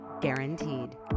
guaranteed